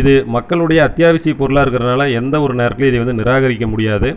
இது மக்களுடைய அத்தியாவசியப் பொருளாக இருக்கிறதால எந்த ஒரு நேரத்துலேயும் இத வந்து நிராகரிக்க முடியாது